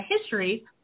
history